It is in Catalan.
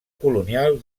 colonial